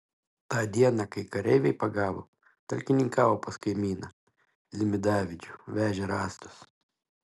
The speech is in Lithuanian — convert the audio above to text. tą dieną kai kareiviai pagavo talkininkavo pas kaimyną dzimidavičių vežė rąstus